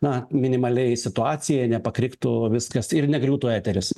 na minimaliai situaciją nepakriktų viskas ir negriautų eteris